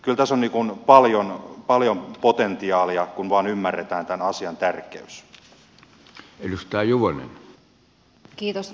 eli kyllä tässä on paljon potentiaalia kun vain ymmärretään tämän asian tärkeys